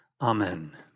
Amen